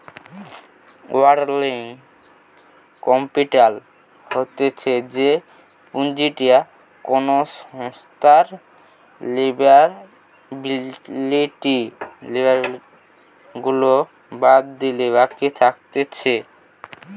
working capital হতিছে যেই পুঁজিটা কোনো সংস্থার লিয়াবিলিটি গুলা বাদ দিলে বাকি থাকতিছে